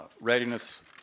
readiness